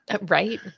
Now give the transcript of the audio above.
Right